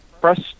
press